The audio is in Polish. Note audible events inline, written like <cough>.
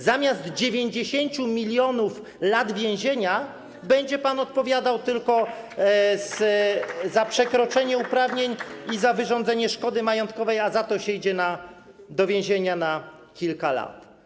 Zamiast 90 mln lat więzienia będzie pan odpowiadał tylko <applause> za przekroczenie uprawnień i za wyrządzenie szkody majątkowej, a za to się idzie do więzienia na kilka lat.